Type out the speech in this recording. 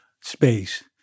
space